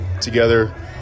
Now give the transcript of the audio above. together